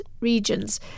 regions